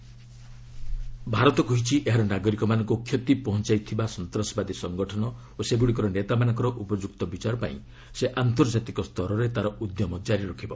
UN Azhar India Bharat କହିଛି ଏହାର ନାଗରିକମାନଙ୍କୁ କ୍ଷତି ପହଞ୍ଚାଇଥିବା ସନ୍ତାସବାଦୀ ସଂଗଠନ ଓ ସେଗୁଡ଼ିକର ନେତାମାନଙ୍କର ଉପଯୁକ୍ତ ବିଚାର ପାଇଁ ସେ ଆନ୍ତର୍ଜାତିକ ସ୍ତରରେ ତା'ର ଉଦ୍ୟମ ଜାରି ରଖିବ